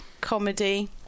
comedy